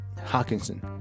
Hawkinson